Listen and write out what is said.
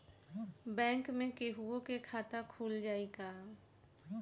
Bank में केहूओ के खाता खुल जाई का?